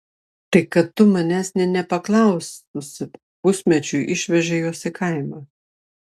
tai kad tu manęs nė nepaklaususi pusmečiui išvežei juos į kaimą